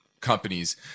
companies